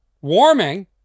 Warming